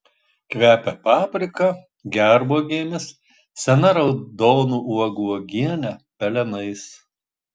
kvepia paprika gervuogėmis sena raudonų uogų uogiene pelenais